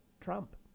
Trump